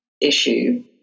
issue